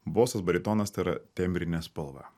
bosas baritonas tai yra tembrinė spalva